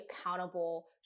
accountable